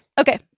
Okay